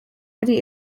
ari